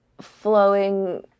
flowing